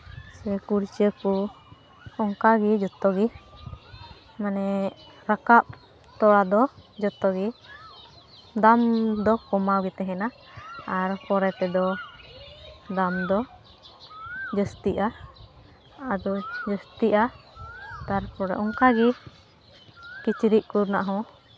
ᱥᱮ ᱠᱩᱲᱡᱟᱹ ᱠᱚ ᱚᱱᱠᱟᱜᱮ ᱡᱷᱚᱛᱚ ᱜᱮ ᱢᱟᱱᱮ ᱨᱟᱠᱟᱵ ᱛᱚᱨᱟ ᱫᱚ ᱡᱚᱛᱚ ᱜᱮ ᱫᱟᱢ ᱫᱚ ᱠᱚᱢᱟᱣ ᱜᱮ ᱛᱮᱦᱮᱱᱟ ᱟᱨ ᱯᱚᱨᱮᱛᱮ ᱫᱚ ᱫᱟᱢ ᱫᱚ ᱡᱟᱹᱥᱛᱤᱜᱼᱟ ᱟᱫᱚ ᱡᱟᱹᱥᱛᱤᱜᱼᱟ ᱛᱟᱨᱯᱚᱨᱮ ᱚᱱᱠᱟᱜᱮ ᱠᱤᱪᱨᱤᱡ ᱠᱚ ᱨᱮᱱᱟᱜ ᱦᱚᱸ